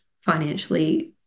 financially